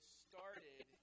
started